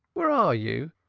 where are you?